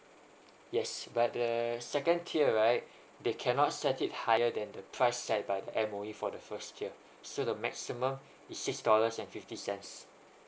yes but the second tier right they cannot set it higher than the price set by the M_O_E for the first year so the maximum is six dollars and fifty cents